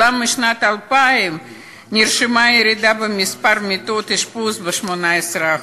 אולם משנת 2000 נרשמה ירידה במספר מיטות האשפוז ב-18%.